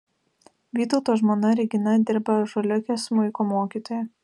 vytauto žmona regina dirba ąžuoliuke smuiko mokytoja